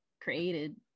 created